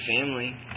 family